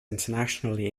internationally